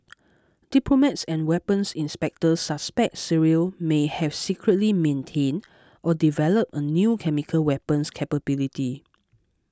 diplomats and weapons inspectors suspect Syria may have secretly maintained or developed a new chemical weapons capability